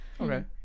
Okay